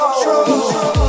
control